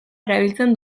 erabiltzen